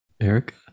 Erica